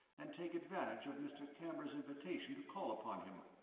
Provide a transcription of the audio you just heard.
and take advantage of mr. camber's invitation to call upon him.